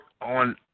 on